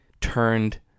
turned